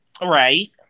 right